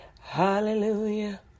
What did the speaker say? hallelujah